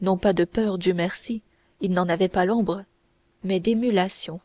non pas de peur dieu merci il n'en avait pas l'ombre mais d'émulation